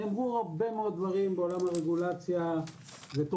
נאמרו הרבה מאוד דברים בעולם הרגולציה ותורת